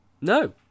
no